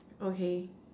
okay